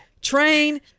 train